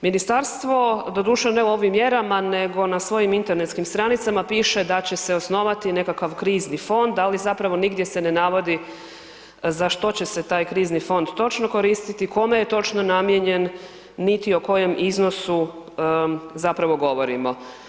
Ministarstvo doduše ne u ovim mjerama nego na svojim internetskim stranicama piše da će se osnovati nekakav krizni fond, ali zapravo nigdje se ne navodi za što će se taj krizni fond točno koristiti, kome je točno namijenjen, niti o kojem iznosu zapravo govorimo.